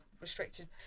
restricted